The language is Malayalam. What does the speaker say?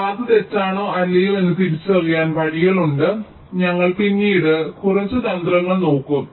പാത തെറ്റാണോ അല്ലയോ എന്ന് തിരിച്ചറിയാൻ വഴികളുണ്ട് ഞങ്ങൾ പിന്നീട് കുറച്ച് തന്ത്രങ്ങൾ നോക്കും